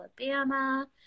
Alabama